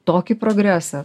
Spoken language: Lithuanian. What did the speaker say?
tokį progresą